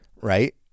right